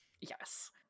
Yes